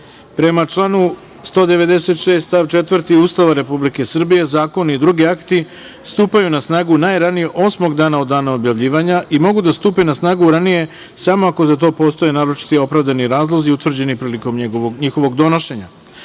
članu 196. stav 4. Ustava Republike Srbije, zakoni i drugi akti stupaju na snagu najranije osmog dana od dana objavljivanja i mogu da stupe na snagu ranije samo ako za to postoje naročito opravdani razlozi utvrđeni prilikom njihovog donošenja. Stavljam